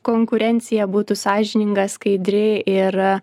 konkurencija būtų sąžininga skaidri ir